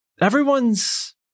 everyone's